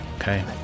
Okay